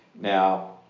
Now